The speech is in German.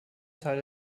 teile